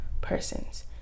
persons